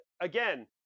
again